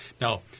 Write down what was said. Now